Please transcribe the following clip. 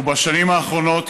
ובשנים האחרונות,